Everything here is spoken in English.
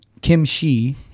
kimchi